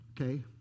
Okay